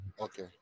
okay